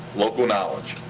local knowledge.